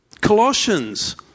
Colossians